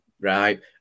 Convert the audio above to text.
right